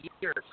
years